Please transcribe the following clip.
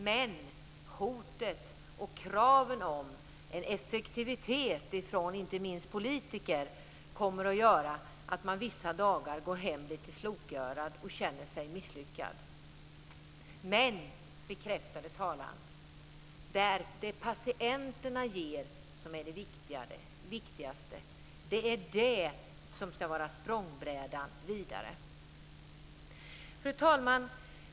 Men hotet och kraven på effektivitet, inte minst ifrån politiker, kommer att göra att man vissa dagar går hem lite slokörad och känner sig misslyckad. Men, bekräftade talaren, det är det patienterna ger som är det viktigaste. Det är det som ska vara språngbrädan vidare. Fru talman!